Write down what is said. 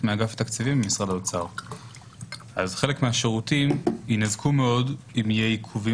- חלק מהשירותים יינזקו מאוד אם יהיו עיכובים